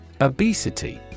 Obesity